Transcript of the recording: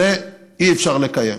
את זה אי-אפשר לקיים.